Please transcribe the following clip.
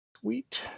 Sweet